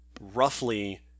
roughly